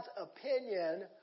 opinion